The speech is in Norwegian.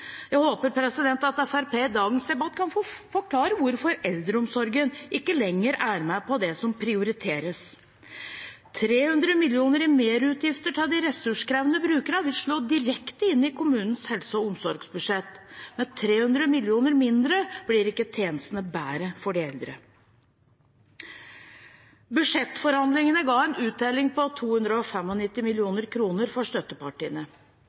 Jeg håper Fremskrittspartiet i dagens debatt kan forklare hvorfor eldreomsorgen ikke lenger er med på det som prioriteres. 300 mill. kr i merutgifter til de ressurskrevende brukerne vil slå direkte inn i kommunenes helse- og omsorgsbudsjett. Med 300 mill. kr mindre blir ikke tjenestene bedre for de eldre. Budsjettforhandlingene ga en uttelling på 295 mill. kr for støttepartiene.